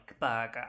Burger